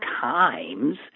Times